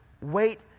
Wait